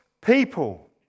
people